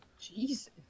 Jesus